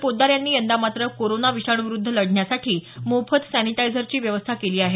पोतदार यांनी यंदा मात्र कोरोना विषाणूविरुद्ध लढण्यासाठी मोफत सॅनिटायझरची व्यवस्था केली आहे